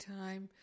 time